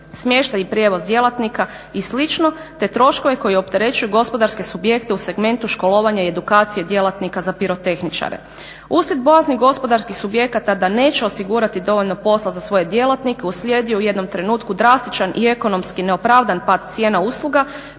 smještaj i prijevoz djelatnika i slično, te troškove koji opterećuju gospodarske subjekte u segmentu školovanja i edukacije djelatnika za pirotehničare. Uslijed bojazni gospodarskih subjekata da neće osigurati dovoljno posla za svoje djelatnike uslijedio je u jednom trenutku drastičan i ekonomski neopravdan pad cijena usluga,